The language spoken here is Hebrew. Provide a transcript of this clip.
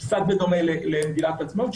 שזה קצת בדומה למגילת העצמאות,